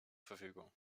verfügung